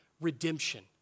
redemption